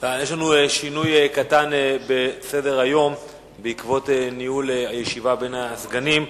יש לנו שינוי קטן בסדר-היום בעקבות ניהול הישיבה בין הסגנים.